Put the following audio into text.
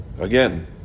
Again